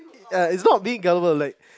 ya it's not being gullible like